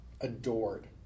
adored